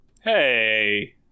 Hey